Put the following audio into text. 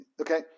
Okay